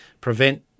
prevent